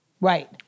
right